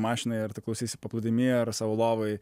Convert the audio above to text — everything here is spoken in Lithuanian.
mašinoj ar tu klausysi paplūdimyje ar savo lovoj